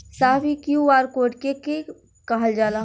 साहब इ QR code के के कहल जाला?